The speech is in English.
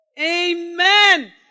Amen